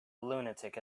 lunatic